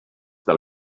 del